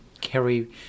carry